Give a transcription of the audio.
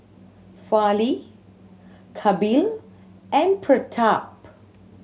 Fali Kapil and Pratap